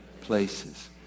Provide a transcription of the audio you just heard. places